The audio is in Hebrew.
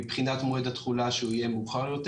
מבחינת מועד התכולה שהוא יהיה מאוחר יותר.